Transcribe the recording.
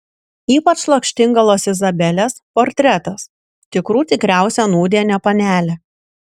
ypač lakštingalos izabelės portretas tikrų tikriausia nūdienė panelė